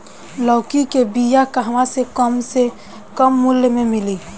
लौकी के बिया कहवा से कम से कम मूल्य मे मिली?